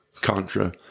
Contra